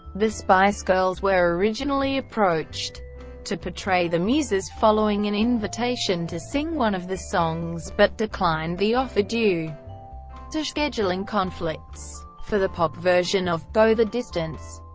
the spice girls were originally approached to portray the muses following an invitation to sing one of the songs, but declined the offer due to scheduling conflicts. for the pop version of go the distance,